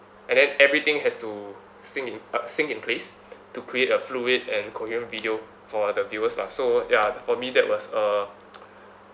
and then everything has to sync in uh sync in place to create a fluid and coherent video for the viewers lah so ya for me that was a